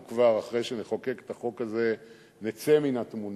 אחרי שנחוקק את החוק אנחנו כבר נצא מהתמונה,